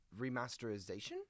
remasterization